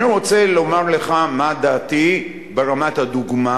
אני רוצה לומר לך מה דעתי ברמת הדוגמה.